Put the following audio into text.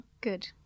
Good